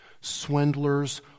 swindlers